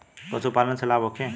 पशु पालन से लाभ होखे?